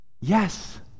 Yes